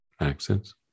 accents